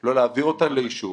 לא להעביר אותן לאישור,